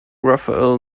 rafael